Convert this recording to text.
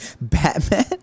Batman